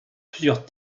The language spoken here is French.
plusieurs